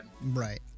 right